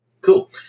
Cool